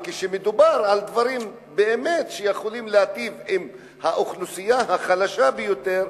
וכשמדובר על דברים שבאמת יכולים להיטיב עם האוכלוסייה החלשה ביותר,